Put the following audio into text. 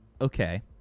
okay